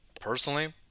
Personally